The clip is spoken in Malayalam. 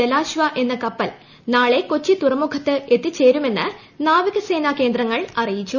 ജലാശ്വാ എന്ന കപ്പൽ നാളെ കൊച്ചി തുറമുഖത്ത് എത്തിച്ചേരുമെന്ന് നാവികസേന കേന്ദ്രങ്ങൾ അറിയിച്ചു